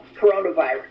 coronavirus